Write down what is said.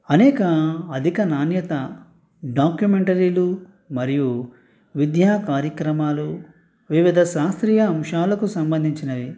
అనేక అధిక నాణ్యత డాక్యుమెంటరీలు మరియు విద్యా కార్యక్రమాలు వివిధ శాస్త్రీయ అంశాలకు సంబంధించినవి